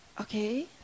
okay